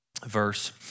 Verse